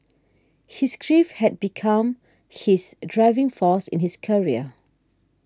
his grief had become his driving force in his career